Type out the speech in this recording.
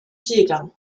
seegang